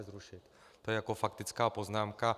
To je jako faktická poznámka.